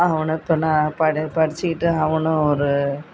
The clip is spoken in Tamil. அவனும் இப்போதான் படி படிச்சுக்கிட்டு அவனும் ஒரு